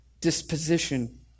disposition